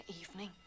evening